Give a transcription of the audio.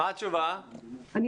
תראי,